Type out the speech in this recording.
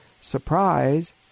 surprise